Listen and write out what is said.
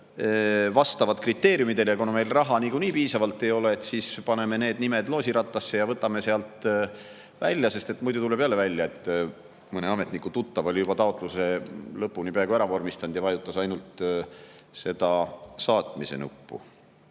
vastavad kriteeriumidele, ja kuna meil raha niikuinii piisavalt ei ole, siis paneme need nimed loosirattasse ja võtame sealt välja. Muidu tuleb jälle välja, et mõne ametniku tuttav oli juba taotluse peaaegu lõpuni ära vormistanud ja vajutas ainult seda saatmise nuppu.